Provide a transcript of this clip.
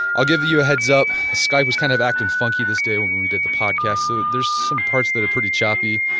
ah give you a headsup, skype was kind of acting funky this day when we did the podcast so there is some parts that are pretty choppy,